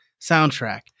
Soundtrack